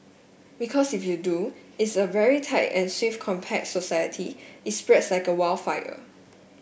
because if you do it's a very tight and swift compact society it spreads like wild fire